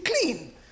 clean